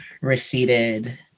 receded